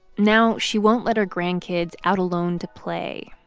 now she won't let her grandkids out alone to play,